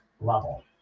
level